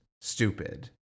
stupid